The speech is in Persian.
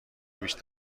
بیشتر